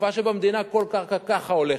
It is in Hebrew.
בתקופה שבה במדינה כל קרקע ככה הולכת,